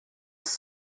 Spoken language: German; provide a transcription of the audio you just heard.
ist